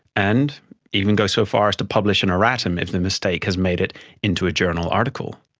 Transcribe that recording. and even go so far as to publish an erratum if the mistake has made it into a journal article.